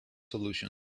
solution